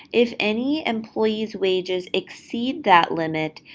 if any employee's wages exceed that limit,